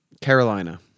Carolina